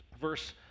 Verse